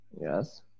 Yes